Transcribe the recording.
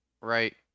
right